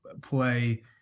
play